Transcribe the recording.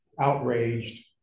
outraged